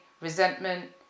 resentment